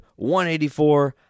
184